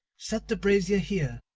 set the brazier here,